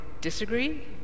disagree